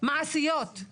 מעשיים להסרת חסמים.